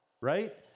right